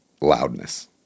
loudness